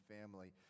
family